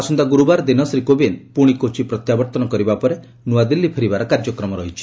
ଆସନ୍ତା ଗୁରୁବାର ଦିନ ଶ୍ରୀ କୋବିନ୍ଦ ପୁଣି କୋଚି ପ୍ରତ୍ୟାବର୍ତ୍ତନ କରିବା ପରେ ନୂଆଦିଲ୍ଲୀ ଫେରିବାର କାର୍ଯ୍ୟକ୍ରମ ରହିଛି